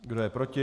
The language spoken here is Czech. Kdo je proti?